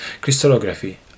crystallography